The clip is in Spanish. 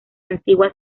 antigua